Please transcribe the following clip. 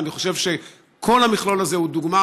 ואני חושב שכל המכלול הזה הוא דוגמה